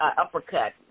uppercut